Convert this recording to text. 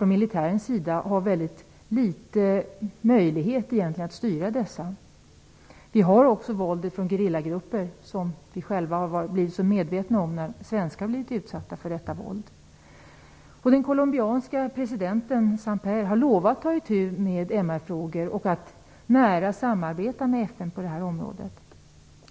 Militären har väldigt liten möjlighet att styra dessa. Vi har också våldet från gerillagrupper. Det har vi blivit medvetna om genom att svenskar har utsatts för detta våld. Den colombianska presidenten Samper har lovat att ta itu med MR-frågor och att nära samarbeta med FN på det här området.